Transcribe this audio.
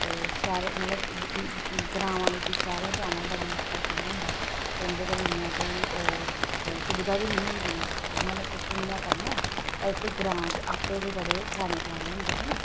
ते शैह्रे मतलब ग्रामां बिच्चु शैह्रें जाना बड़ा मुश्कल कम्म होंदा हा ते उं'दे कोल इन्नियां कोई ओह् सुविधा बी नेहियां होंदियां ते उनां ने कुत्थु इयां करना होर फ्ही ग्रांऽ च आपें गै जेह्ड़े स्याने ब्याने होंदे हे नां